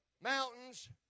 mountains